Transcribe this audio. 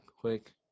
quick